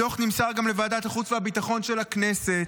הדוח נמסר גם לוועדת החוץ והביטחון של הכנסת,